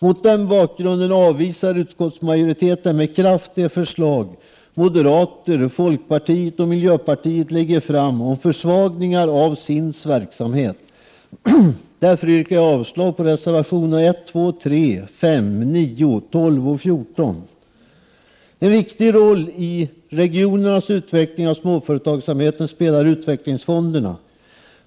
Mot denna bakgrund avvisar utskottsmajoriteten med kraft de förslag som moderater, folkpartiet och miljöpartiet lägger fram om försvagningar av SIND:s verksamhet. Därför yrkar jag avslag på reservationerna 1, 2,3, 5,9, 12 och 14. En viktig roll i regionernas utveckling av småföretagsamheten spelar utvecklingsfonderna.